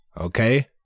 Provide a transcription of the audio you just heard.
okay